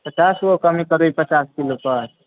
पचासगो कमी करभी पचास किलो पर